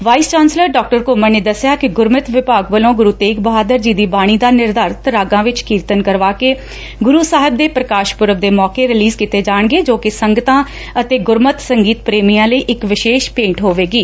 vice chancellor ਡਾ ਘੁੰਮਣ ਨੇ ਦਸਿਆ ਕਿ ਗੁਰਮਤਿ ਵਿਭਾਗ ਵੱਲੋਂ ਗੁਰੁ ਤੇਗ ਬਹਾਦਰ ਜੀ ਦੀ ਬਾਣੀ ਦਾ ਨਿਰਧਾਰਤ ਰਾਗਾਂ ਵਿਚ ਕੀਰਤਨ ਕਰਵਾਕੇ ਗੁਰੁ ਸਾਹਿਬ ਦੇ ਪੁਕਾਸ਼ ਪੁਰਬ ਦੇ ਮੌਕੇ ਰੀਲੀਜ਼ੱ ਕੀਤੇ ਜਾਣਗੇ ਜੋ ਕਿ ਸੰਗਤਾ ਅਤੇ ਗੁਰਮਤਿ ਸੰਗੀਤ ਪ੍ਰੇਮੀਆ ਲਈ ਇਕ ਵਿਸ਼ੇਸ਼ ਭੇਟ ਹੋਵੇਗੀ